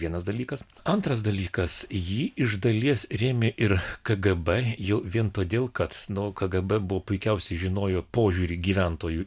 vienas dalykas antras dalykas jį iš dalies rėmė ir kgb jau vien todėl kad nu kgb buvo puikiausiai žinojo požiūrį gyventojų